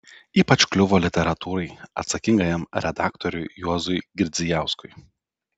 ypač kliuvo literatūrai atsakingajam redaktoriui juozui girdzijauskui